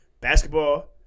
basketball